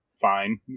fine